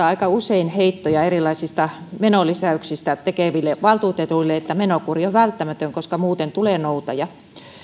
aika usein vanhemmilta päättäjäkollegoilta heittoja erilaisia menolisäyksiä tekeville valtuutetuille että menokuri on välttämätön koska muuten tulee noutaja